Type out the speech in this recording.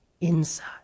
inside